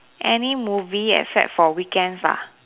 any movie except for weekends lah